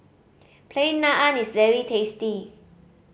Plain Naan is very tasty